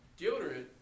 deodorant